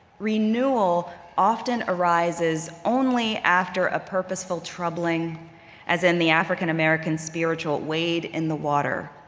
renewal often arises only after a purposeful troubling as in the african american spiritual, wade in the water,